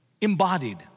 embodied